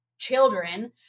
children